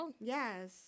Yes